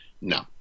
No